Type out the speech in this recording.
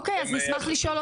אוקיי, אז נשמח לשאול אותך.